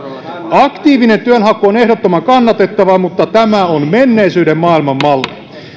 aktiivinen työnhaku on ehdottoman kannatettavaa mutta tämä on menneisyyden maailman malli